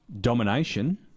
domination